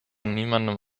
niemandem